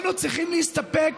אנחנו צריכים להסתפק